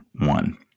one